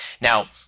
Now